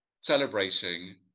celebrating